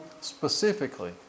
specifically